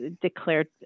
declared